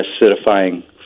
acidifying